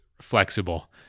flexible